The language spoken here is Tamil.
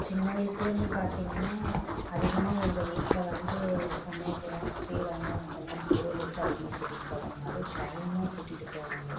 சின்ன வயசுலனு பார்த்திங்னா அதிகமாக எங்கள் வீட்டில் வந்து சமயபுரம் ஸ்ரீரங்கம் இந்தமாதிரி கோயிலுக்கு தான் அதிகமாக கூட்டிகிட்டு போவாங்க அதுவும் ட்ரெயின்னா கூட்டிகிட்டு போவாங்க